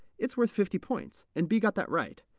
it's worth fifty points and b got that right.